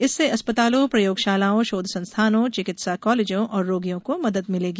इससे अस्पतालों प्रयोगशालाओं शोध संस्थानों चिकित्सा कॉलेजों और रोगियों को मदद मिलेगी